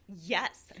Yes